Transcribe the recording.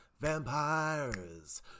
vampires